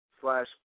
slash